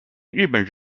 日本